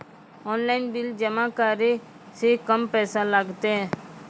Online bill जमा करै से कम पैसा लागतै?